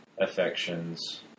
affections